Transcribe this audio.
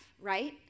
right